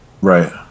Right